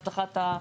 הבנת את השאלה?